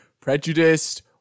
prejudiced